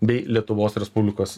bei lietuvos respublikos